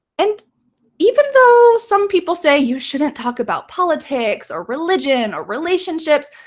and even though some people say you shouldn't talk about politics or religion or relationships,